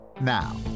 Now